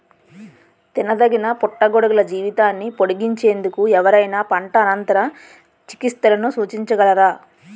తినదగిన పుట్టగొడుగుల జీవితాన్ని పొడిగించేందుకు ఎవరైనా పంట అనంతర చికిత్సలను సూచించగలరా?